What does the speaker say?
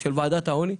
של ועדת העוני.